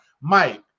Mike